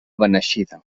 beneixida